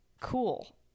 Cool